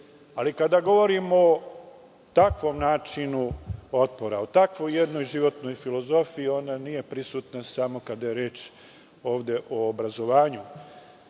Ali, kada govorimo o takvom načinu otpora, o takvoj jednoj životnoj filozofiji, ona nije samo prisutna kada je reč o obrazovanju.